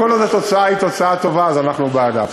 אבל כל עוד התוצאה היא תוצאה טובה, אנחנו בעדה.